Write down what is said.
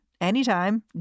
anytime